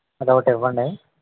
అది ఒకటి ఇవ్వండి